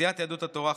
סיעת יהדות התורה,